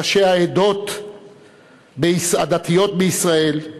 ראשי העדות הדתיות בישראל,